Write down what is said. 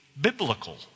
biblical